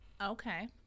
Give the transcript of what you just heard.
okay